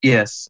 Yes